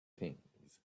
things